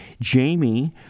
Jamie